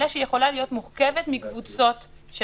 אלא שהיא יכולה להיות מורכבת מקבוצות של